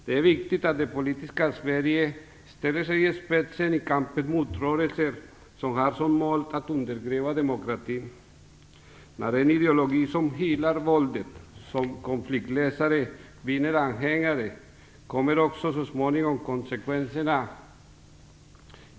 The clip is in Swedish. Det är viktigt att det politiska Sverige ställer sig i spetsen i kampen mot rörelser som har som mål att undergräva demokratin. När en ideologi som hyllar våldet som konfliktlösare vinner anhängare, kommer också så småningom konsekvenserna.